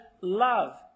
love